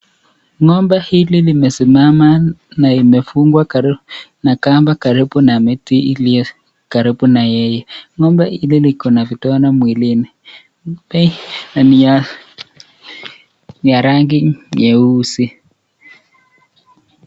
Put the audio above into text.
ng'ombe ili limesimama na imefungwa na kamba karibu na miti iliyokaribu na yeye, ngombe ili iko na vidonda mwilini, ngombe ni ya rangi nyeusi